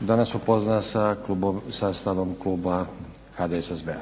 da nas upozna sa stavom kluba HDSSB-a.